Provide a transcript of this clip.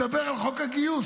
דבר על חוק הגיוס.